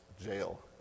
jail